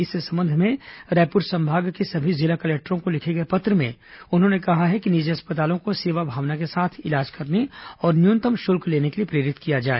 इस संबंध में रायपुर संभाग के सभी जिला कलेक्टरों को लिखे गए पत्र में उन्होंने कहा है कि निजी अस्पतालों को सेवा भावना के साथ इलाज करने और न्यूनतम शुल्क लेने के लिए प्रेरित किया जाए